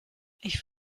ich